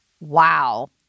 Wow